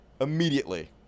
immediately